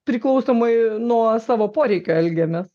priklausomai nuo savo poreikio elgiamės